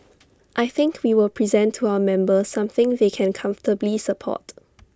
I think we will present to our members something they can comfortably support